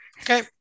Okay